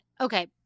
Okay